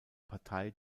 partei